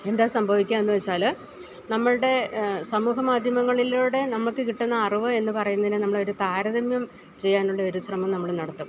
എന്താണ് സംഭവിക്കുകയെന്ന് വെച്ചാല് നമ്മുടെ സമൂഹമാധ്യമങ്ങളിലൂടെ നമുക്ക് കിട്ടുന്ന അറിവെന്ന് പറയുന്നതിനെ നമ്മളൊരു താരതമ്യം ചെയ്യാനുള്ളൊരു ശ്രമം നമ്മള് നടത്തും